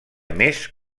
més